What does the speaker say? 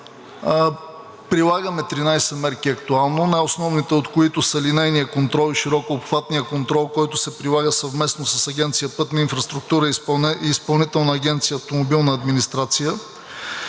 Прилагаме 13 мерки актуално, най-основните от които са линейният контрол и широкообхватният контрол, който се прилага съвместно с Агенция „Пътна инфраструктура“ и Изпълнителна агенция „Автомобилна администрация“.